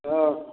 हँ